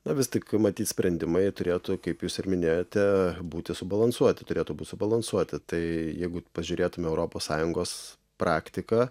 na vis tik matyt sprendimai turėtų kaip jūs ir minėjote būti subalansuoti turėtų būt subalansuoti tai jeigu pažiūrėtume europos sąjungos praktiką